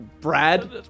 Brad